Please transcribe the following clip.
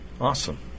Awesome